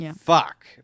fuck